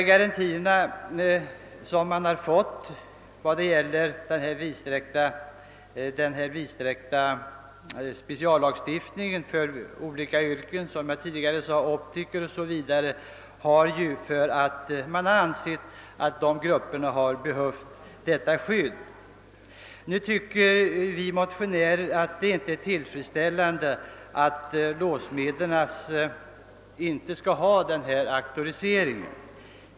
De garantier som man fått när det gäller en speciell lagstiftning för de yrken jag nämnde har tillkommit därför att det förelegat ett behov av skydd. Vi motionärer finner det inte tillfredsställande att låssmedens yrke inte skall auktoriseras.